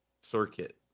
circuit